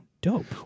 dope